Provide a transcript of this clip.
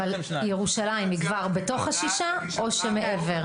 אבל ירושלים היא כבר בתוך השישה או שמעבר?